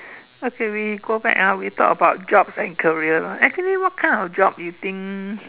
okay we go back ah we talk about jobs and career lah actually what kind of job you think